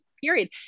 period